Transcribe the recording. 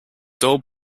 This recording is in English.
dull